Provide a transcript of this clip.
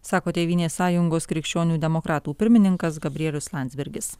sako tėvynės sąjungos krikščionių demokratų pirmininkas gabrielius landsbergis